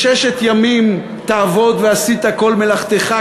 "ששת ימים תעבוד ועשית כל מלאכתך",